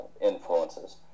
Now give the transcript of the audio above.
influences